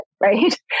right